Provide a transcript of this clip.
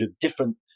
different